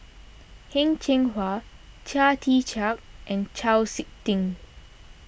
Heng Cheng Hwa Chia Tee Chiak and Chau Sik Ting